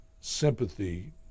sympathy